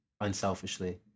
unselfishly